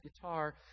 guitar